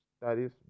studies